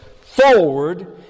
forward